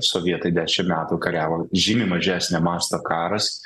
sovietai dešimt metų kariavo žymiai mažesnio masto karas